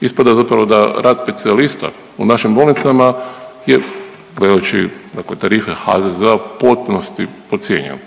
Ispada zapravo da rad specijalista u našim bolnicama je gledajući tarife HZZO-a u potpunosti podcijenio.